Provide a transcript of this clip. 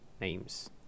names